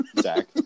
Zach